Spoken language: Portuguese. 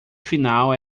final